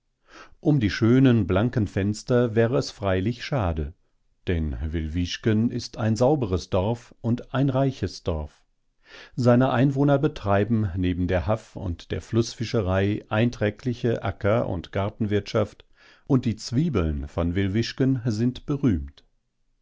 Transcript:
um die schönen blanken fenster wäre es freilich schade denn wilwischken ist ein sauberes dorf und ein reiches dorf seine einwohner betreiben neben der haff und der flußfischerei einträgliche acker und gartenwirtschaft und die zwiebeln von wilwischken sind berühmt